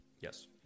Yes